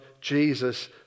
Jesus